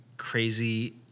Crazy